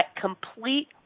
complete